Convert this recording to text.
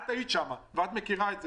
את היית שם ואת מכירה את זה.